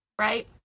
right